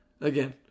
again